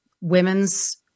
women's